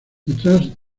detrás